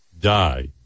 die